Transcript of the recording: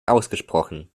ausgesprochen